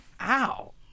ow